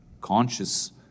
conscious